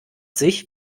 sich